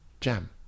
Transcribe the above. jam